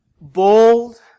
Bold